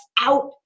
out